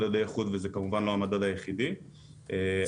אבל אלה המסקנות המרכזיות מהמחקר שלנו.